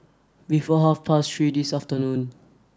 before half past three this afternoon